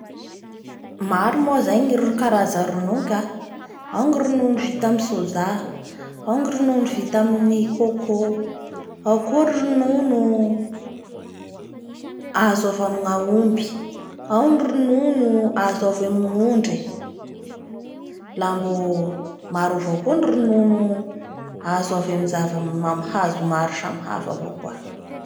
Maro moa zay ny karaza ronono ka, ao ny ronono vita amin'ny soja, ao ny ronono vita amin'ny coco, ao koa ny ronono azo avy amin'jny aomby, ao ny ronono azo avy amin'ny aondry, a mbo maro avao koa ny ronono azo avy amin'ny zav-hazo maro samy hafa.